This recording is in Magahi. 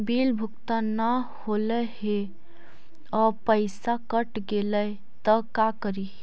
बिल भुगतान न हौले हे और पैसा कट गेलै त का करि?